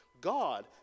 God